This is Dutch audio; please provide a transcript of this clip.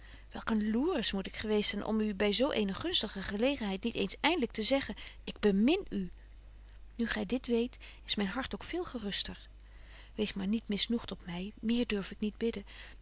welk een loeris moest ik geweest zyn om u by zo eene gunstige gelegenheid niet eens eindlyk te zeggen ik bemin u nu gy dit weet is myn hart ook veel geruster wees maar niet misnoegt op my meer durf ik niet bidden